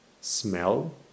Smell